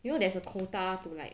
you know there's a quota to like